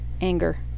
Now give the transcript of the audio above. anger